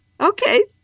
Okay